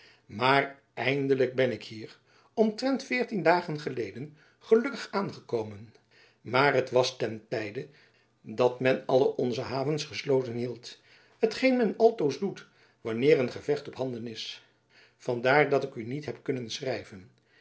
maar eindelijk ben ik hier omtrent veertien dagen geleden gelukkig aangekomen maar t was ten tijde dat men alle onze havens gesloten hield t geen men altoos doet wanneer een gevecht op handen is van daar dat ik u niet heb kunnen schrijven